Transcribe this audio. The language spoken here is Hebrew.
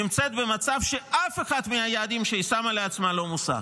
נמצאת במצב שאף אחד מהיעדים שהיא שמה לעצמה לא מושג.